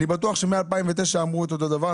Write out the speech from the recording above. אני בטוח שמ-2009 אמרו אותו דבר,